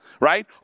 right